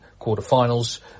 quarterfinals